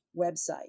website